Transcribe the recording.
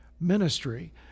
ministry